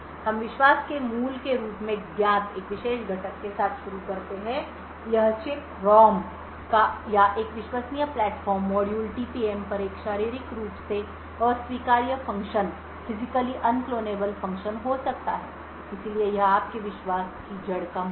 हम विश्वास के मूल के रूप में ज्ञात एक विशेष घटक के साथ शुरू करते हैं यह चिप ROM या एक विश्वसनीय प्लेटफ़ॉर्म मॉड्यूल टीपीएम पर एक शारीरिक रूप से अस्वीकार्य function PUF physically unclonable function हो सकता है इसलिए यह आपके विश्वास की जड़ का मूल है